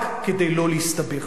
רק כדי לא להסתבך.